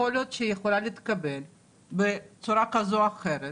יכול להיות שהיא יכולה להתקבל בצורה כזאת או אחרת,